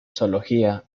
zoología